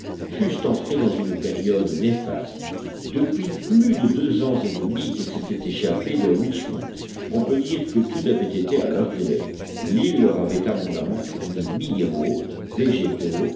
fussent entrés dans une période néfaste depuis plus de deux ans et demi qu'ils s'étaient échappés de richmond on peut dire que tout avait été à leur gré l'île leur avait abondamment fourni minéraux végétaux